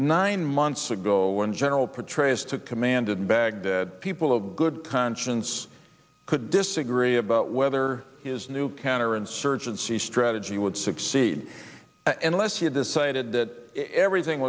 nine months ago when general petraeus took command in baghdad people of good conscience could disagree about whether his new counterinsurgency strategy would succeed unless he had decided that everything